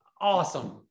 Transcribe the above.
awesome